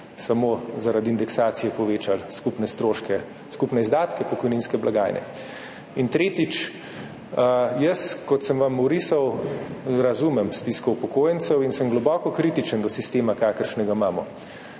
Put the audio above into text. samo zaradi indeksacije povečali skupne stroške, skupne izdatke pokojninske blagajne. In tretjič. Jaz, kot sem vam orisal, razumem stisko upokojencev in sem globoko kritičen do sistema, kakršnega imamo.